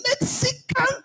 Mexican